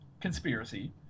Conspiracy